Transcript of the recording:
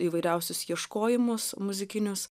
įvairiausius ieškojimus muzikinius